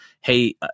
hey